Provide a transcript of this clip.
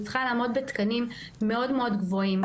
היא צריכה לעמוד בתקנים מאוד מאוד גבוהים,